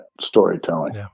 storytelling